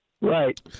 Right